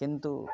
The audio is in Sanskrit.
किन्तु